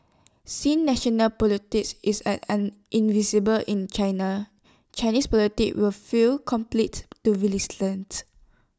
since national is as irresistible in China Chinese will feel compelted to retaliate